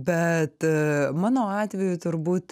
bet mano atveju turbūt